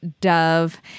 Dove